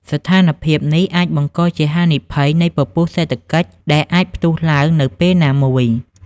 ស្ថានភាពនេះអាចបង្កជាហានិភ័យនៃពពុះសេដ្ឋកិច្ច ដែលអាចផ្ទុះឡើងនៅពេលណាមួយ។